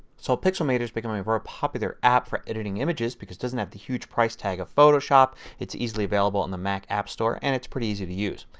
so pixelmator is becoming a very popular app for editing images because it doesn't have the huge price tag of photoshop, is easily available on the mac app store, and it is pretty easy to use.